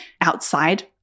outside